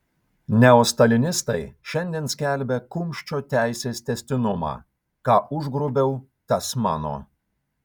neostalinistai šiandien skelbia kumščio teisės tęstinumą ką užgrobiau tas mano